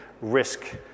risk